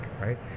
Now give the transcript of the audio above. right